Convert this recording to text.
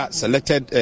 selected